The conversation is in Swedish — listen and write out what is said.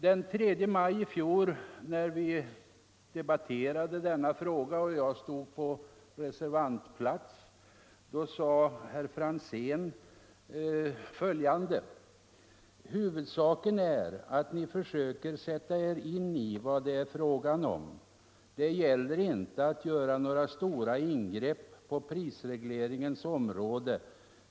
Den 3 maj i fjol, när vi debatterade denna fråga och jag stod på reservantplats, sade herr Franzén följande: ”Huvudsaken är att ni försöker sätta er in i vad det är fråga om. Det gäller inte att göra några stora ingrepp på prisregleringens område.